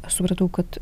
aš supratau kad